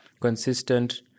consistent